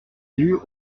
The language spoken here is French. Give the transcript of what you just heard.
élus